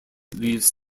leaves